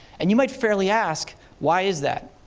and you might fairly ask why is that?